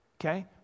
Okay